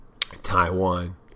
Taiwan